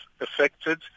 affected